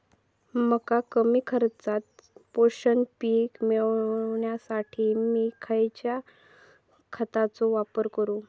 मका कमी खर्चात पोषक पीक मिळण्यासाठी मी खैयच्या खतांचो वापर करू?